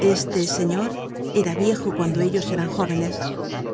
este señor era viejo cuando ellos eran jóvenes